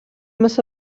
مثل